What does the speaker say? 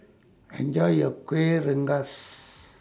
Enjoy your Kueh Rengas